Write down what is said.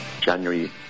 January